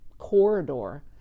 corridor